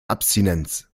abstinenz